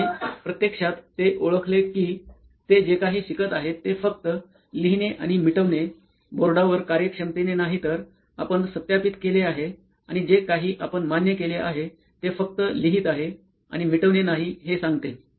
मग आम्ही प्रत्यक्षात ते ओळखले की ते जे काही शिकत आहेत ते फक्त लिहिणे आणि मिटवणे बोर्डवर कार्यक्षमतेने नाही तर आपण सत्यापित केले आहे आणि जे काही आपण मान्य केले आहे ते फक्त लिहित आहे आणि मिटवणे नाही हे सांगते